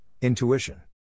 intuition